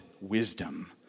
wisdom